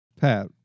Pat